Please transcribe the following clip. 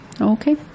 Okay